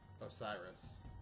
Osiris